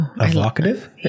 Evocative